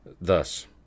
thus